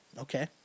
okay